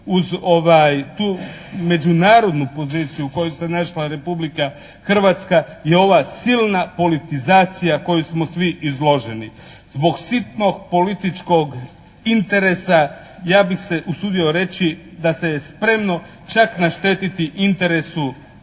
uz tu međunarodnu poziciju u kojoj se našla Republika Hrvatska je ova silna politizacija kojoj smo svi izloženi. Zbog sitnog političkog interesa, ja bih se usudio reći da se spremno čak naštetiti interesu